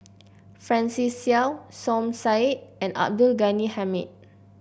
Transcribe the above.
Francis Seow Som Said and Abdul Ghani Hamid